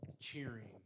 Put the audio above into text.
cheering